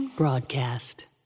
Broadcast